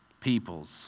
peoples